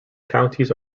counties